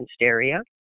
area